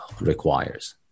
requires